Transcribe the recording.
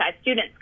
students